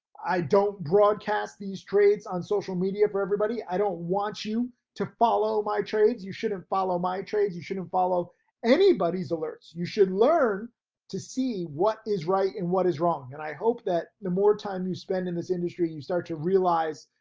i don't broadcast these trades on social media for everybody, i don't want you to follow my trades. you shouldn't follow my trades, you shouldn't follow anybody's alerts. you should learn to see what is right and what is wrong. and i hope that the more time you spend in this industry, you start to realize,